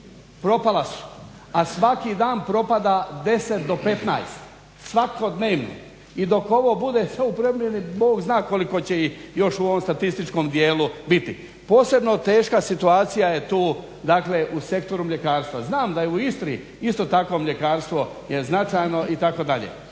propala su. A svaki dan propada 10 do 15, svakodnevno. I dok ovo bude sve u primjeni Bog zna koliko će ih još u ovom statističkom dijelu biti. Posebno teška situacija je tu dakle u sektoru mljekarstva. Znam da je u Istri isto tako mljekarstvo je značajno itd.